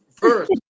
first